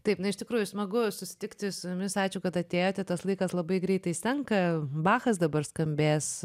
taip na iš tikrųjų smagu susitikti su jumis ačiū kad atėjote tas laikas labai greitai senka bachas dabar skambės